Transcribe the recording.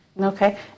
Okay